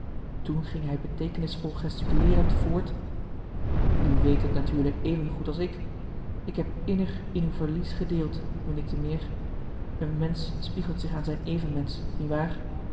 toen ging hij beteekenisvol gesticuleerend voort u weet dit natuurlijk even goed als ik ik heb innig in uw verlies gedeeld meneer termeer een marcellus emants een nagelaten bekentenis mensch spiegelt zich aan zijn evenmensch niewaar